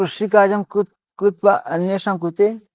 कृषिकार्यं कृ कृत्वा अन्येषां कृते